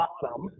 bottom